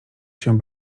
się